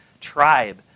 tribe